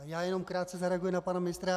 Já jenom krátce zareaguji na pana ministra.